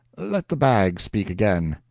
let the bag speak again.